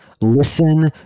Listen